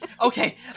Okay